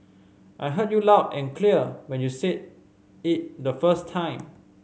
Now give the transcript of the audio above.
I heard you loud and clear when you said it the first time